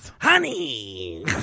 honey